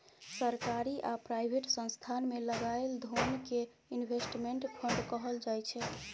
सरकारी आ प्राइवेट संस्थान मे लगाएल धोन कें इनवेस्टमेंट फंड कहल जाय छइ